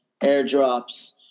airdrops